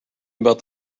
about